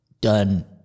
done